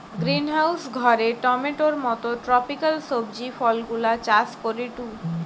greenhouse ঘরে টমেটোর মত ট্রপিকাল সবজি ফলগুলা চাষ করিটু